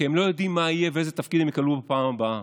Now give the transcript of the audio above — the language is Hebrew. כי הם לא יודעים מה יהיה ואיזה תפקיד הם יקבלו בפעם הבאה,